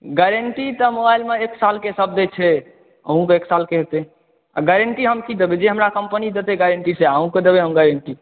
guarantee तऽ मोबाइलमे एक सालक सभ दै छै अहुँके एक सालके हेतै गारंटी हम की देबै जे हमरा कम्पनी देतै गारंटी सएह अहुँके देबै हम गारंटी